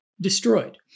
destroyed